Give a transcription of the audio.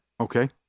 Okay